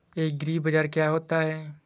एग्रीबाजार क्या होता है?